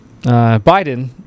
Biden